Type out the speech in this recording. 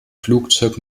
flugzeug